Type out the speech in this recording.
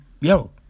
yo